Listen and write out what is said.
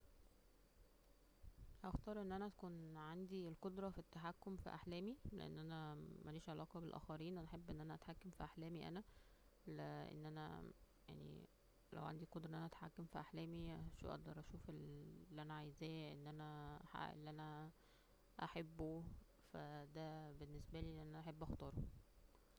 اختار ان انا يكون عندى قدرة للتحكم فى احلامى ,لان انا مالش علاقة بالاخرين ,انا احب ان انا اتحكم فى احلامى انا ,لان انا - لو عندى قدرة ان انا اتحكم فى احلامى واقدر اشوف اللى انا عايزاه, ان انا, احقق اللى انا -انا بحبه دا بالنسبالى اللى انا احب اختاره